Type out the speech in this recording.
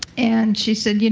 and she said, you know